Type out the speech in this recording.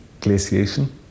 glaciation